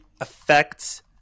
affects